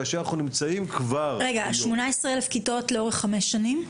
כאשר אנחנו נמצאים כבר --- זה 18,000 כיתות לאורך חמש שנים?